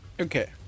Okay